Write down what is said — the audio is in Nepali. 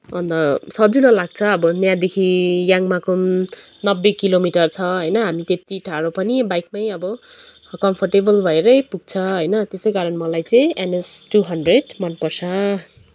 अन्त सजिलो लाग्छ अब त्यहाँदेखि याङमाकुम नब्बे किलोमिटर छ होइन हामी त्यति टाडो पनि बाइकमै अब कम्फोर्टेबल भएरै पुग्छ होइन त्यसैकारण मलाई चाहिँ एनएस टू हन्ड्रेड मनपर्छ